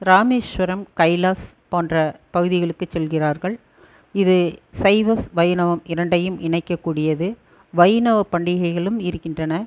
ராமேஸ்வரம் கைலாஷ் போன்ற பகுதிகளுக்கு செல்கிறார்கள் இது சைவம் வைணவம் இரண்டையும் இணைக்கக்கூடியது வைணவப் பண்டிகைகளும் இருக்கின்றன